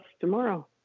tomorrow